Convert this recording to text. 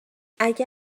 اگه